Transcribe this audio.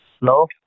Hello